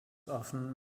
often